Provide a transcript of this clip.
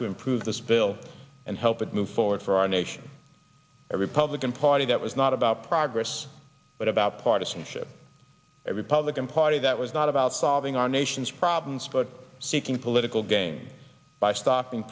to improve this bill and help it move forward for our nation every publican party that was not about progress but about partisanship every public and party that was not about solving our nation's problems but seeking political gain by stopping